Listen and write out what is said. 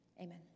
Amen